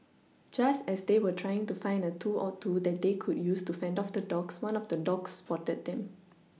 just as they were trying to find a tool or two that they could use to fend off the dogs one of the dogs spotted them